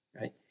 right